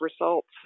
results